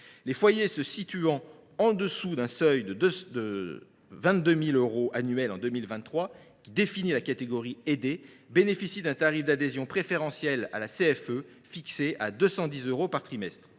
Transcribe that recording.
Les foyers se situant en dessous du seuil de 22 000 euros de revenus annuels en 2023, qui définit la catégorie aidée, bénéficient d’un tarif d’adhésion préférentiel fixé à 210 euros par trimestre.